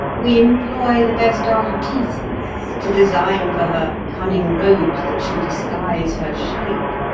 we employ the best artistes to design for her cunning robes that shall disguise her shape.